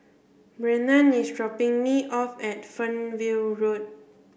Brennan is dropping me off at Fernhill Road